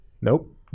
nope